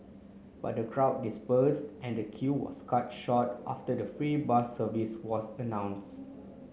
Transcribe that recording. but the crowd dispersed and the queue was cut short after the free bus service was announced